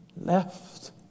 left